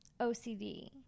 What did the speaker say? ocd